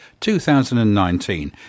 2019